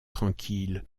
tranquille